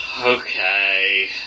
Okay